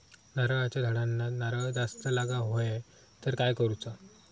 नारळाच्या झाडांना नारळ जास्त लागा व्हाये तर काय करूचा?